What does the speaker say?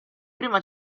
prima